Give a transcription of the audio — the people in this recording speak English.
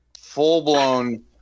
full-blown